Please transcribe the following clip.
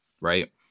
right